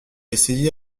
essayé